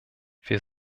wir